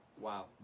Wow